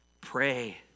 Pray